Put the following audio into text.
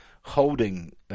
holding